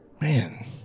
man